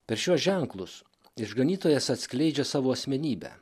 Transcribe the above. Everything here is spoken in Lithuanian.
per šiuos ženklus išganytojas atskleidžia savo asmenybę